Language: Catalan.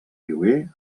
lloguer